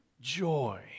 Joy